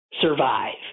survive